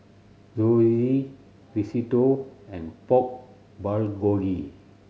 Zosui Risotto and Pork Bulgogi